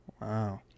Wow